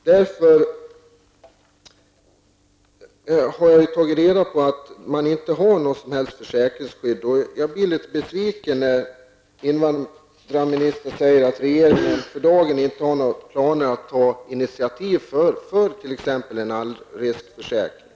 Jag har alltså tagit reda på att de asylsökande inte har något som helst försäkringsskydd, och jag blir besviken när invandrarministern säger att regeringen för dagen inte har några planer på att ta initiativ till exempelvis en allriskförsäkring.